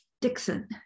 Dixon